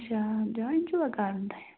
اچھا جۄین چھُوَ کَرُن تۄہہِ